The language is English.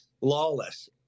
lawless